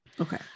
Okay